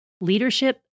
Leadership